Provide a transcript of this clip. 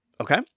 Okay